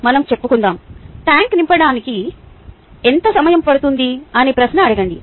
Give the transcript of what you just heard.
మనం చెప్పుకుందాం ట్యాంక్ నింపడానికి t కి ఎంత సమయం పడుతుంది అనే ప్రశ్న అడగండి